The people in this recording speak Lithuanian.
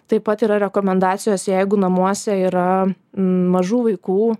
taip pat yra rekomendacijos jeigu namuose yra mažų vaikų